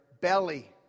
belly